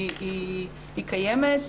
היא קיימת,